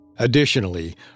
Additionally